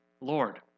Lord